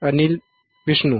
Anil Vishnu